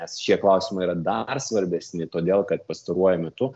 nes šie klausimai yra dar svarbesni todėl kad pastaruoju metu